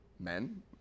men